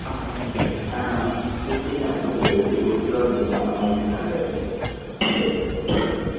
ஆ okay sir ஆ எப்படின்னா உங்களுக்கு எப்படி ஒரு கிலோ ரெண்டு கிலோ அந்த மாதிரிங்களா இல்லை எப்படி